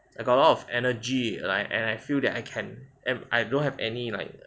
I got a lot of energy and like and I feel that I can and I don't have any like